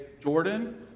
Jordan